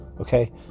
Okay